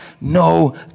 no